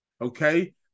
Okay